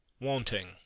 wanting